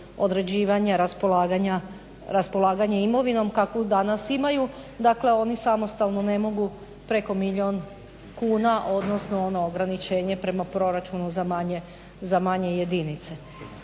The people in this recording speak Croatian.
određivanja, raspolaganja imovinom kakvu danas imaju, dakle oni samostalno ne mogu preko milijun kuna, odnosno ono ograničenje prema proračunu za manje jedinice.